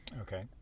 Okay